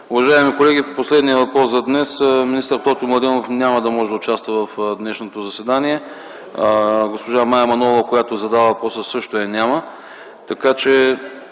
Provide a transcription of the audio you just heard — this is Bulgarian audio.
Уважаеми колеги, по последния въпрос за днес – господин Тотю Младенов няма да може да участва в днешното заседание. Госпожа Мая Манолова, която е задала въпроса – също я няма.